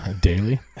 daily